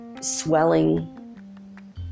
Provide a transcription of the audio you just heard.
swelling